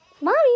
Mommy